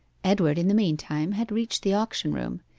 edward in the meantime had reached the auction-room.